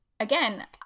Again